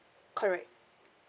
correct